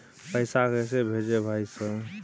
पैसा कैसे भेज भाई सर?